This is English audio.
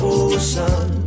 ocean